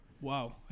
Wow